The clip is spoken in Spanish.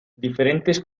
diferentes